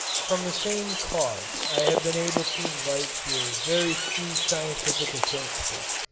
from the same cause i have been able to invite here very few scientific acquaintances.